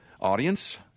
audience